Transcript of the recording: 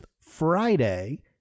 Friday